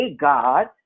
God